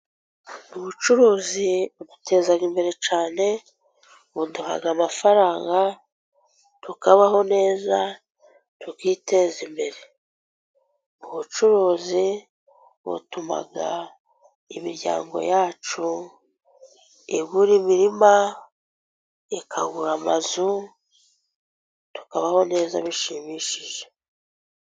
Ubucuruzi buteza imbere cyane, buduha amafaranga tukabaho neza tukiteza imbere. Ubucuruzi butuma imiryango yacu igura imirima, ikagura amazu, tukabaho neza bishimishije.